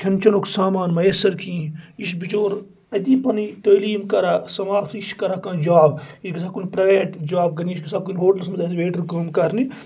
کھیٚن چیٚنُک سامان موٚیسر کہینۍ یہِ چھُ بِچور اتی پَنٕنۍ تعلیم کران سماپتہٕ یہِ چھُ کران کانٛہہ جاب یہِ چھُ گژھان کُن پریویٹ جاب کرنہِ یہِ چھُ گژھان کُنہِ ہوٹلس منٛز ایز اےٚ ویٹر کٲم کرنہِ